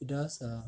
it does ah